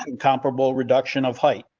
and comparable reduction of height.